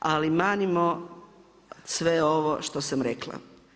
Ali mamimo sve ovo što sam rekla.